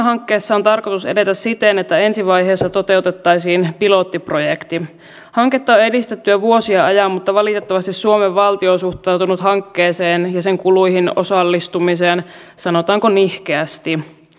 mutta on se ihme ja kumma kuitenkin että jopa ay liikkeestä vaikka sielläkin sitä nihkeyttä on ja akt nyt on oma luku sinänsä uudistumiskykyä löytyy enemmän tällä hetkellä kuin sitä löytyy sdpstä